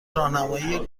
راهنمای